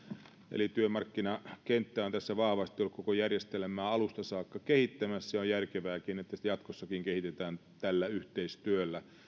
eli työmarkkinakenttä on tässä vahvasti ollut koko järjestelmää alusta saakka kehittämässä ja on järkevääkin että sitä jatkossakin kehitetään tällä yhteistyöllä